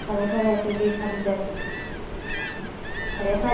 ꯐꯔꯦ ꯐꯔꯦ ꯑꯗꯨꯗꯤ ꯊꯝꯖꯔꯦ ꯐꯔꯦ ꯐꯔꯦ